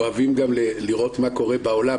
אוהבים גם לראות מה קורה בעולם,